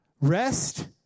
rest